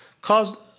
caused